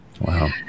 Wow